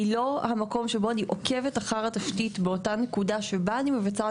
היא לא המקום שבו אני עוקבת אחר התשתית באותה נקודה שבה אני מבצעת